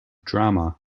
drama